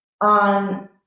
on